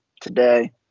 today